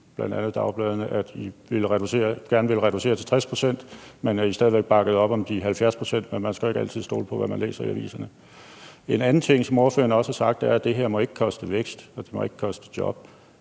bl.a. i dagbladene, at I gerne vil reducere det med 60 pct., men at I stadig væk bakkede op om de 70 pct. Men skal jo ikke altid stole på, hvad man læser i aviserne. Men en anden ting, som ordføreren har sagt, er, at det her ikke må koste vækst, og det må ikke koste jobs.